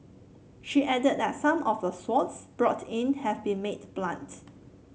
she added that some of the swords brought in have been made blunt